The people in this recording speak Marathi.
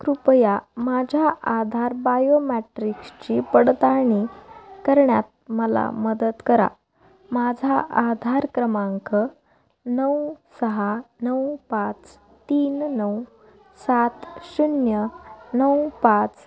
कृपया माझ्या आधार बायोमॅट्रिक्शची पडताळणी करण्यात मला मदत करा माझा आधार क्रमांक नऊ सहा नऊ पाच तीन नऊ सात शून्य नऊ पाच